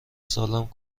سالم